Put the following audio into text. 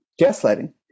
gaslighting